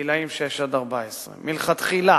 בגיל שש עד 14. מלכתחילה